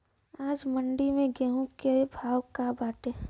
आज मंडी में गेहूँ के का भाव बाटे?